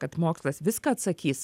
kad mokslas viską atsakys